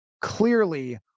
clearly